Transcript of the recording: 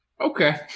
Okay